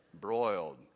broiled